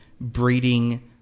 breeding